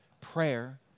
Prayer